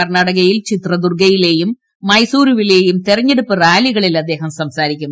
കർണാടകയ്ടിൽ ചിത്രദുർഗയിലെയും മൈസുരുവിലെയും തെരഞ്ഞെടുപ്പ്പ് പ്രദ്ധീകളിൽ അദ്ദേഹം സംസാരിക്കും